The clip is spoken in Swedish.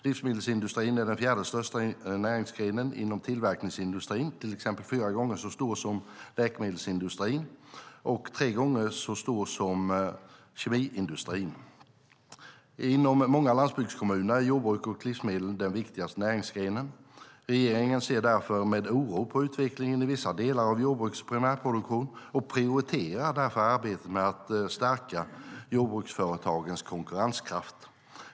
Livsmedelsindustrin är den fjärde största näringsgrenen inom tillverkningsindustrin, till exempel fyra gånger så stor som läkemedelsindustrin och tre gånger så stor som kemiindustrin. I många landsbygdskommuner är jordbruk och livsmedel den viktigaste näringsgrenen. Regeringen ser därför med oro på utvecklingen i vissa delar av jordbrukets primärproduktion och prioriterar därför arbetet med att stärka jordbruksföretagens konkurrenskraft.